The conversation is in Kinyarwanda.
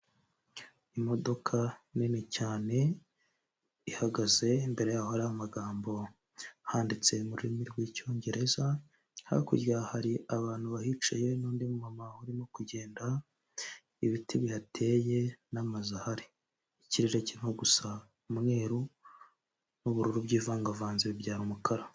Imodoka nini cyane ihagaze imbere yaho hari amagambo handitse mu rurimi rw'Icyongereza, hakurya hari abantu bahicaye n'undi mumama urimo kugenda, ibiti bihateye n'amazu ahari, ikirere kirimo gusa umweru n'ubururu byivangavanze bibyara umukara.